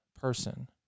person